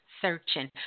Searching